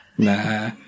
Nah